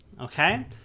okay